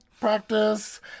practice